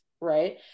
right